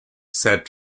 said